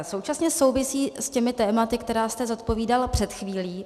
Současně souvisí s těmi tématy, která jste zodpovídal před chvílí.